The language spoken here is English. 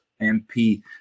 MP